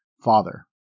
father